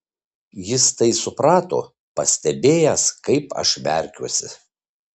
jis tai suprato pastebėjęs kaip aš merkiuosi